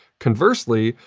conversely,